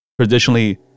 traditionally